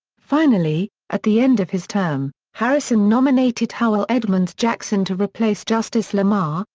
finally, at the end of his term, harrison nominated howell edmunds jackson to replace justice lamar,